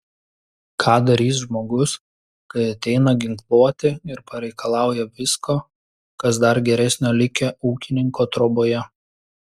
ką darys žmogus kai ateina ginkluoti ir pareikalauja visko kas dar geresnio likę ūkininko troboje